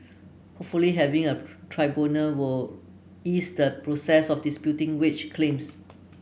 hopefully having a tribunal will ease the process of disputing wage claims